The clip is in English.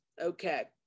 okay